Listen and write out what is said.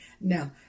Now